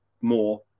more